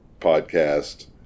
podcast